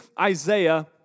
Isaiah